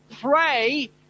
pray